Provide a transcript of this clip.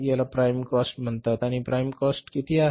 त्याला prime cost म्हणतात आणि प्राइम कॉस्ट किती आहे